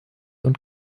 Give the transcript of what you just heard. und